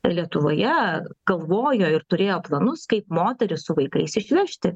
lietuvoje galvojo ir turėjo planus kaip moteris su vaikais išvežti